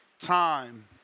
time